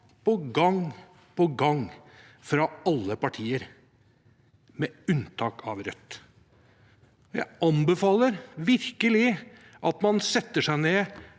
på gang på gang fra alle partier, med unntak av Rødt. Jeg anbefaler virkelig at man setter seg ned